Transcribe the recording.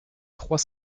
trois